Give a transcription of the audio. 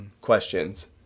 questions